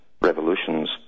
revolutions